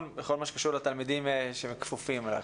בכל מה שקשור לתלמידים שכפופים אליך.